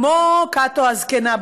כמו קאטו הזקנה,